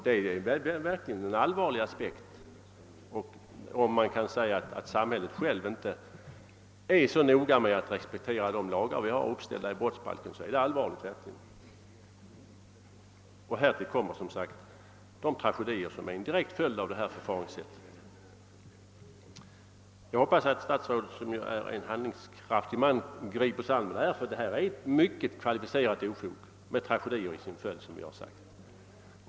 Det är verkligen allvarligt om samhället självt inte är så noga med att respektera de lagregler som finns i brottsbalken. Härtill kommer som sagt de tragedier som är en direkt följd av detta förfaringssätt. Jag hoppas att statsrådet, som ju är en handlingskraftig man, griper sig an med att stävja detta kvalificerade ofog med tragedier som följd.